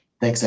Thanks